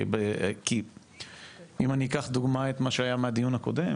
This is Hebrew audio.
כי אם אני אקח דוגמא את מה שהיה מהדיון הקודם